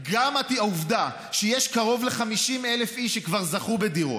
גם העובדה שיש קרוב ל-50,000 איש שכבר זכו בדירות,